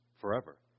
forever